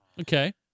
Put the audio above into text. Okay